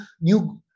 new